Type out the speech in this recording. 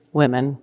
women